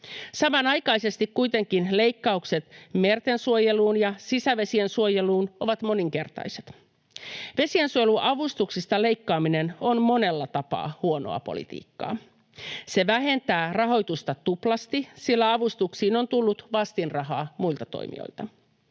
Samanaikaisesti kuitenkin leikkaukset merten suojeluun ja sisävesien suojeluun ovat moninkertaiset. Vesiensuojeluavustuksista leikkaaminen on monella tapaa huonoa politiikkaa. Se vähentää rahoitusta tuplasti, sillä avustuksiin on tullut vastinrahaa muilta toimijoilta.